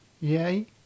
Yay